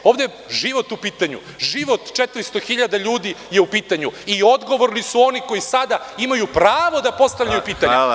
Ovde je život u pitanju, život 400.000 ljudi je u pitanju i odgovorni su oni koji sada imaju pravo da postavljaju pitanje.